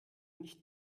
nicht